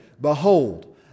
Behold